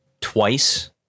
Twice